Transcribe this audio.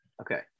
Okay